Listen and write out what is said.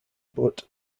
but